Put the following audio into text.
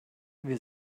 wir